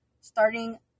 starting